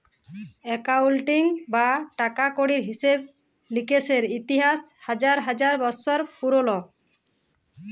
accounting বা টাকা কড়ির হিসেব লিকেসের ইতিহাস হাজার হাজার বসর পুরল